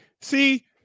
See